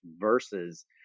versus